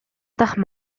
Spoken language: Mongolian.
дахь